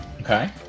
okay